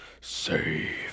Save